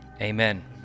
Amen